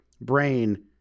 brain